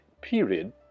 period